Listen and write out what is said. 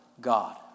God